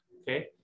Okay